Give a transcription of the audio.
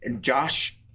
Josh